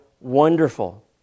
wonderful